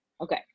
okay